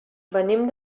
venim